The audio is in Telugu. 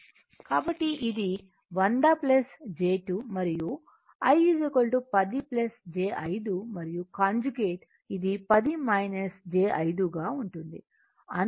కాబట్టి ఇది 100 j 2 మరియు I 10 j 5 మరియు కాంజుగేట్ ఇది 10 j5 గా ఉంటుంది